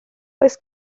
oes